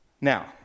Now